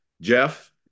Jeff